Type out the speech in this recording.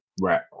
Right